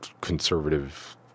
conservative